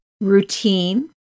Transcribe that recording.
routine